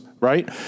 right